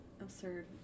Absurd